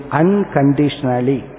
unconditionally